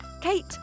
Kate